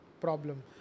problem